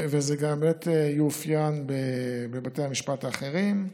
וזה יאופיין בבתי המשפט האחרים.